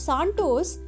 Santos